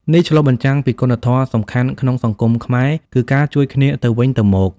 នេះឆ្លុះបញ្ចាំងពីគុណធម៌សំខាន់ក្នុងសង្គមខ្មែរគឺការជួយគ្នាទៅវិញទៅមក។